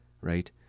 Right